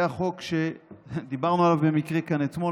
היה חוק שדיברנו עליו במקרה כאן אתמול,